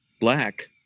black